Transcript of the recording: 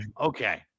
Okay